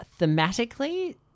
thematically